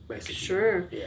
Sure